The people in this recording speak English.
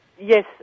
Yes